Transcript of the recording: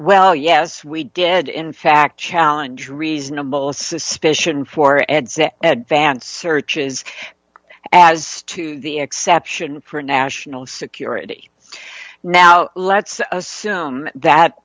well yes we did in fact challenge reasonable suspicion for ed advanced searches as to the exception for national security now let's assume that